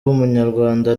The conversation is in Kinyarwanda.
w’umunyarwanda